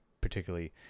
particularly